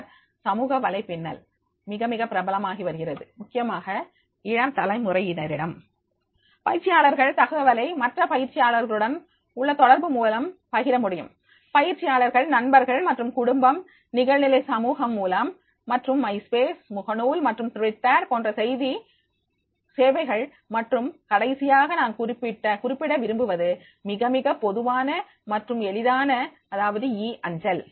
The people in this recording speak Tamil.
பின்னர் சமூக வலைப்பின்னல் மிக மிக பிரபலமாகி வருகிறது முக்கியமாக இளம் தலைமுறையினரிடம் பயிற்சியாளர்கள் தகவலை மற்ற பயிற்சியாளர்களுடன் உள்ள தொடர்பு மூலம் பகிர முடியும் பயிற்சியாளர்கள் நண்பர்கள் மற்றும் குடும்பம் நிகழ்நிலை சமூகம் மூலம் மற்றும் மை ஸ்பேஸ் முகநூல் மற்றும் ட்விட்டர் போன்ற செய்தி சேவைகள் மற்றும் கடைசியாக நான் குறிப்பிட விரும்புவது மிக மிக பொதுவான மற்றும் எளிதானது அதாவது ஈ அஞ்சல்